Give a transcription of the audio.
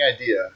idea